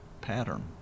pattern